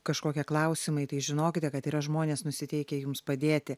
kažkokie klausimai tai žinokite kad yra žmonės nusiteikę jums padėti